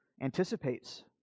anticipates